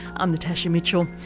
i'm natasha mitchell,